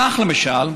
כך, למשל,